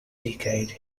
decade